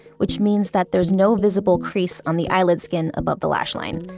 which means that there's no visible crease on the eyelid skin above the lash line.